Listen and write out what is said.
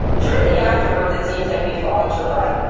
shortly afterwards, it seems like we fall into rut.